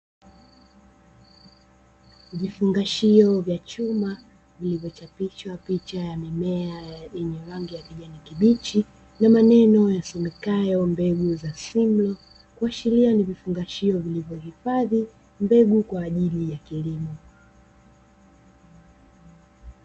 Vifungashio vya chuma vilivyochapishwa picha ya mmea, yenye rangi ya kijani kibichi na maneno yasomekayo " Mbegu za simlaw" ikiashiria ni vifungashio vilivyohifadhi mbegu kwa ajili ya kilimo.